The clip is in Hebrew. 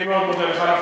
למה אתה לא בקואליציה?